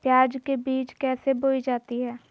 प्याज के बीज कैसे बोई जाती हैं?